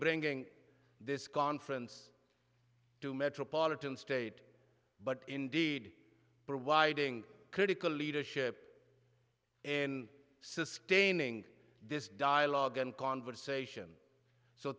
bringing this conference to metropolitan state but indeed providing critical leadership and sustaining this dialogue and conversation so